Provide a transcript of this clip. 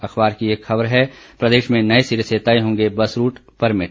अखबार की एक अन्य खबर है प्रदेश में नए सिरे से तय होंगे बस रूट परमिट